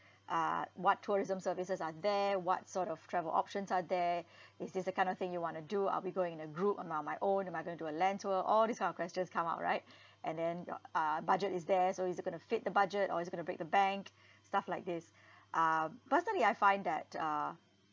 uh what tourism services are there what sort of travel options are there is this the kind of thing you want to do I'll be going in a group or am I on my own am I going to do a land tour all these kind of questions come out right and then your uh budget is there so is it going to fit the budget or is it going to break the bank stuff like this uh personally I find that uh